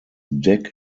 deck